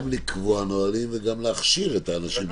לקבוע נהלים וגם להכשיר את האנשים לזה.